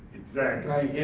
exactly.